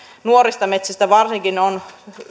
nuorista metsistä on